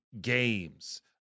games